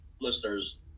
listeners